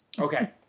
okay